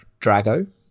Drago